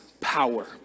power